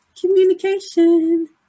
communication